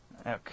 Okay